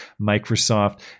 microsoft